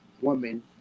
woman